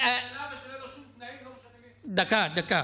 כשאתה אומר דקה, דקה.